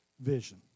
vision